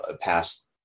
past